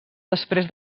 després